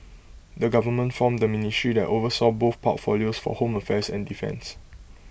the government formed A ministry that oversaw both portfolios for home affairs and defence